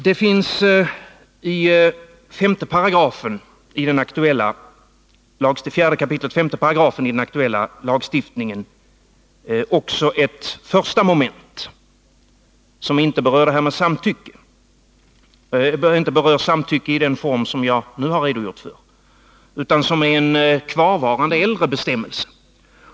Det finns i 4 kap. 5 § i den aktuella lagstiftningen också ett första moment, som inte berör samtycke i den form jag nu har redogjort för utan som är en kvarvarande äldre bestämmelse.